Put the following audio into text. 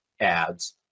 ads